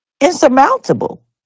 insurmountable